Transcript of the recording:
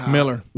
Miller